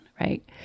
Right